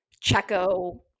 Checo